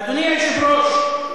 אדוני היושב-ראש,